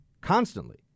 constantly